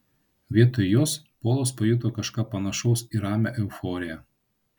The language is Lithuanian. vietoj jos polas pajuto kažką panašaus į ramią euforiją